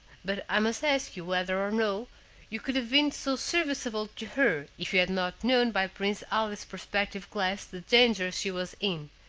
but i must ask you whether or no you could have been so serviceable to her if you had not known by prince ali's perspective glass the danger she was in,